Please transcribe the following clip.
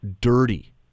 dirty